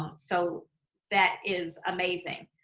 um so that is amazing.